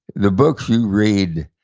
the books you read,